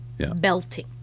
Belting